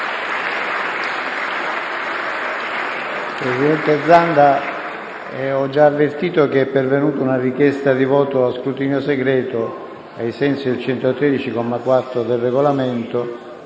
Presidente Zanda, ho già avvertito che è pervenuta una richiesta di voto a scrutinio segreto, ai sensi dell'articolo 113, comma 4, del Regolamento,